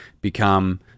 become